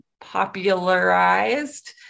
popularized